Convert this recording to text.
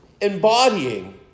embodying